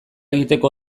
egiteko